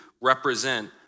represent